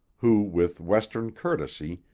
who with western courtesy,